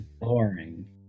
boring